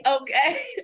okay